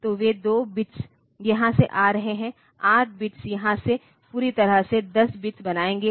तो वे 2 बिट्स यहां से आ रहे हैं 8 बिट्स यहां से पूरी तरह से 10 बिट्स बनायेंगे